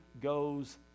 goes